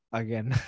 again